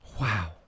wow